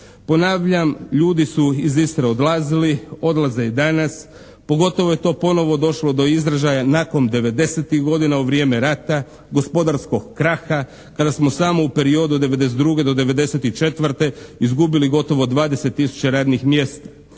Ponavljam, ljudi su iz Istre odlazili, odlaze i danas, pogotovo je to ponovo došlo do izražaja nakon devedesetih godina u vrijeme rata, gospodarskog karaha kada smo samo u periodu od 92. do 94. izgubili gotovo 20 tisuća radnih mjesta.